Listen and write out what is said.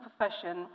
profession